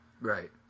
Right